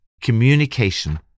communication